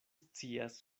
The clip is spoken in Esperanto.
scias